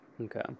okay